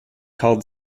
called